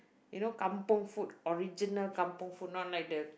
you know kampung food original kampung food not like the